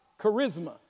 charisma